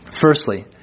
firstly